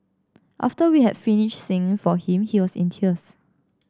after we had finished singing for him he was in tears